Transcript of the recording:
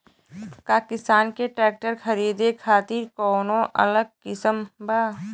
का किसान के ट्रैक्टर खरीदे खातिर कौनो अलग स्किम बा?